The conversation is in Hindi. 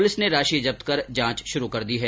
पुलिस ने राशि जब्त कर जांच शुरु कर दी है